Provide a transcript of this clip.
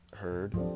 heard